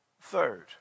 third